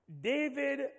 David